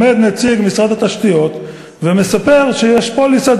עומד נציג משרד התשתיות ומספר שיש פוליסת